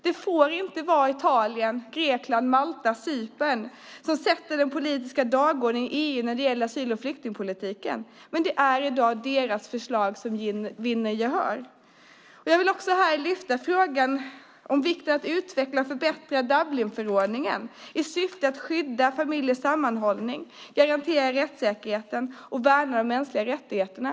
Det får inte vara Italien, Grekland, Malta och Cypern som sätter den politiska dagordningen i EU när det gäller asyl och flyktingpolitiken, men det är i dag deras förslag som vinner gehör. Jag vill här lyfta frågan om vikten av att utveckla och förbättra Dublinförordningen i syfte att skydda familjers sammanhållning, garantera rättssäkerheten och värna de mänskliga rättigheterna.